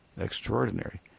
Extraordinary